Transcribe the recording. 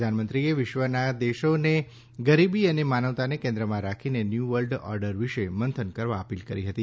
પ્રધાનમંત્રીએ વિશ્વના દેશોને ગરીબી અને માનવતાને કેન્દ્રમાં રાખીને ન્યૂ વર્લ્ડ ઓર્ડર વિશે મંથન કરવા અપીલ કરી હતી